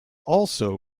also